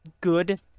good